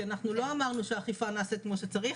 כי אנחנו לא אמרנו שהאכיפה נעשית כמו שצריך.